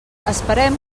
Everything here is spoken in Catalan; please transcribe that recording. esperem